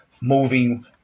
moving